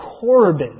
Corbin